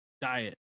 Diet